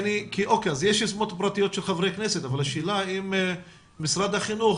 יש יוזמות פרטיות של חברי כנסת אבל השאלה האם משרד החינוך